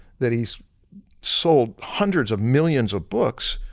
that he sold hundreds of millions of books,